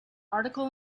article